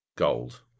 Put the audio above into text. gold